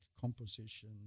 composition